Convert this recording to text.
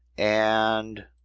and